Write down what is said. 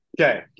Okay